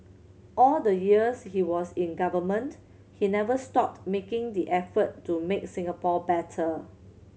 all the years he was in government he never stopped making the effort to make Singapore better